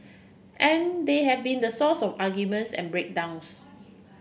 and they have been the source of arguments and break downs